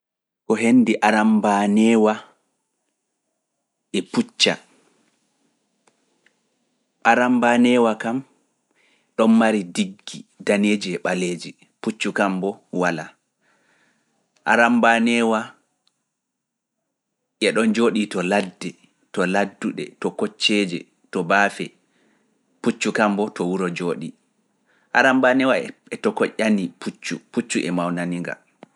Ko hendi arambaneewa e pucca. Arambaneewa kam ɗon mari diggi daneeji e ɓaleeji, puccu kam bo walaa. Arambaneewa eɗon jooɗii to ladde, to ladduɗe, to kocceeje, to baafe, puccu kambo to wuro jooɗi. Arambanewa e tokoyƴani puccu, puccu e mawnani nga.